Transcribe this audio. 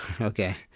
Okay